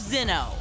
Zinno